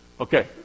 Okay